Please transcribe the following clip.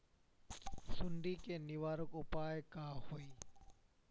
सुंडी के निवारक उपाय का होए?